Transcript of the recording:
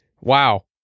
wow